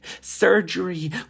surgery